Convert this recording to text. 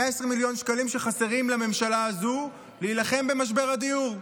120 מיליון שקלים שחסרים לממשלה הזו להילחם במשבר הדיור.